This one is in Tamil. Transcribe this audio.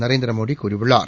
நரேந்திரமோடி கூறியுள்ளார்